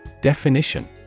Definition